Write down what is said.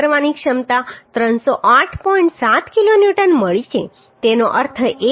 7 kilonewton મળી છે